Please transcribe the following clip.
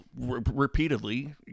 repeatedly